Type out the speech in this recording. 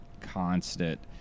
constant